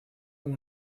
como